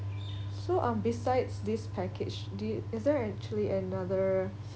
so um besides this package do you is there actually another